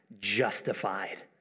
justified